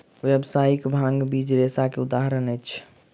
व्यावसायिक भांग बीज रेशा के उदाहरण अछि